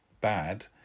bad